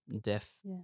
deaf